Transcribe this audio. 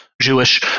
Jewish